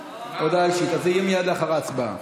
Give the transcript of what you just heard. הודעה אישית, אז זה יהיה מייד לאחר ההצבעה.